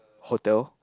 hotel